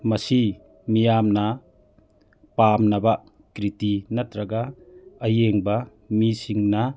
ꯃꯁꯤ ꯃꯤꯌꯥꯝꯅ ꯄꯥꯝꯅꯕ ꯀ꯭ꯔꯤꯇꯤ ꯅꯠꯇ꯭ꯔꯒ ꯑꯌꯦꯡꯕ ꯃꯤꯁꯤꯡꯅ